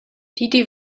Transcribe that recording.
დიდი